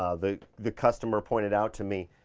um the the customer pointed out to me,